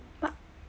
but